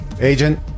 Agent